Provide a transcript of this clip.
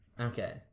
Okay